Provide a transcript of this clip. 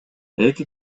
эки